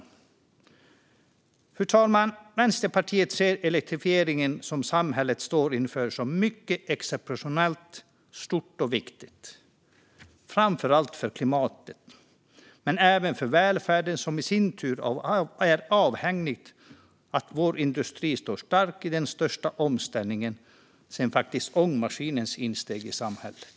Fru talman! Vänsterpartiet ser elektrifieringen som samhället står inför som något mycket exceptionellt, stort och viktigt. Det gäller framför allt för klimatet men även för välfärden. Den i sin tur är avhängig av att vår industri står stark i den största omställningen sedan ångmaskinens insteg i samhället.